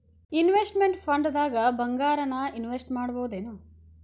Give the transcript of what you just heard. Investment ಫಂಡ್ದಾಗ್ ಭಂಗಾರಾನ invest ಮಾಡ್ಬೊದೇನು?